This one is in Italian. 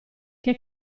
che